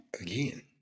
Again